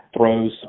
throws